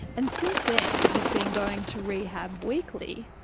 and since then he's been going to rehab weekly,